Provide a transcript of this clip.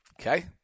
Okay